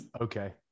okay